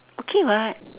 okay [what]